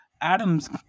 Adam's